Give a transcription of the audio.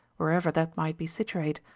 wherever that might be situate.